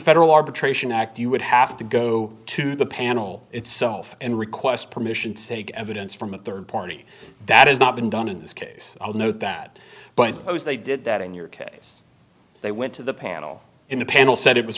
federal arbitration act you would have to go to the panel itself and request permission to take evidence from a rd party that has not been done in this case i would know that but they did that in your case they went to the panel in the panel said it was